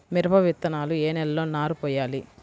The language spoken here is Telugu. మిరప విత్తనాలు ఏ నెలలో నారు పోయాలి?